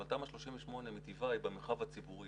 אבל תמ"א 38 היא מטבעה במרחב הציבורי,